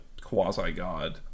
quasi-god